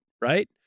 Right